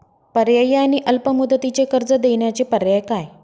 पर्यायी आणि अल्प मुदतीचे कर्ज देण्याचे पर्याय काय?